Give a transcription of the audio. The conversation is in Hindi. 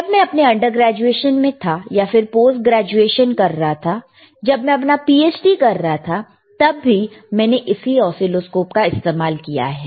जब मैं अपने अंडर ग्रेजुएशन में था या फिर पोस्ट ग्रेजुएशन कर रहा था जब मैं अपना PhD कर रहा था तब भी मैंने इसी ऑसीलोस्कोप का इस्तेमाल किया है